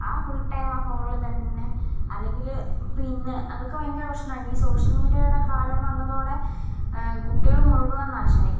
ആ full time ആ ഫോണിൽ തന്നെ അല്ലെങ്കിൽ പിന്നെ അതൊക്കെ ഭയങ്കര പ്രശ്നമാ ഈ സോഷ്യൽ മീഡിയയുടെ കാലം വന്നതോടെ കുട്ടികൾ മുഴുവൻ നാശമായി